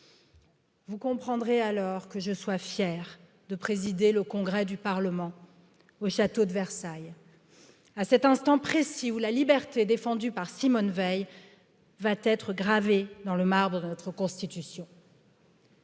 Vous comprendrez alors que je sois fier de présider le congrès du Parlement au château de Versailles à cet instant précis où la liberté défendue par Simone Veil va être gravée dans le marbre de notre Constitution.